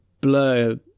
Blur